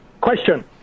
Question